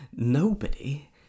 Nobody